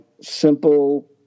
simple